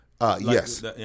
Yes